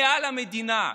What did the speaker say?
מעל המדינה?